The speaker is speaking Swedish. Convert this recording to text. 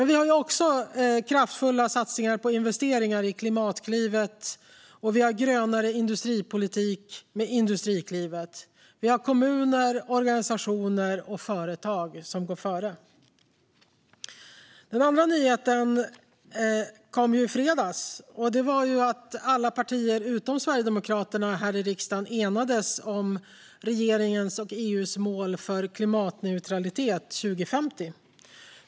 Vi har även kraftfulla satsningar på investeringar i Klimatklivet, och vi har en grönare industripolitik med Industriklivet. Vi har kommuner, organisationer och företag som går före. För det andra kom nyheten i fredags att alla partier i riksdagen utom Sverigedemokraterna enades om regeringens och EU:s mål om klimatneutralitet 2050.